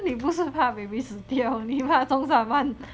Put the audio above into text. ha 你不是怕 baby 死掉你怕种 summon